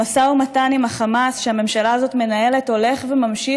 המשא ומתן עם החמאס שהממשלה הזו מנהלת הולך וממשיך,